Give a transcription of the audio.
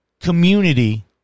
community